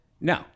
No